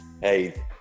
Hey